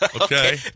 okay